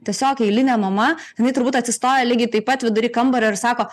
tiesiog eilinė mama jinai turbūt atsistoja lygiai taip pat vidury kambario ir sako